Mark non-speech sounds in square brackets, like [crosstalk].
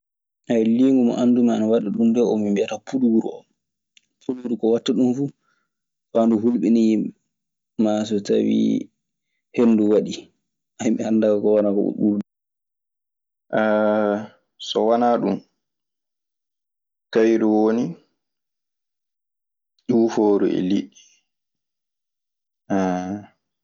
[hesitation] lingu ngu anndumi ana wana ɗunɗo ɗun min mbiyaa puluuru oo. Puluuru ka waɗta ɗunn fuu faa ndu hulmina yimɓe naa so tawii heendu waɗii. [laughs] Mi annda hoko waɗa. [hesitation] So wanaa ɗun, kayru woni ƴufooru e liɗɗi. [noise]